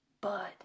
Bud